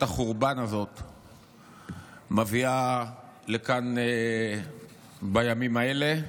החורבן הזאת מביאה לכאן בימים האלה,